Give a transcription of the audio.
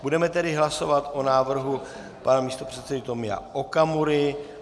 Budeme tedy hlasovat o návrhu pana místopředsedy Tomia Okamury.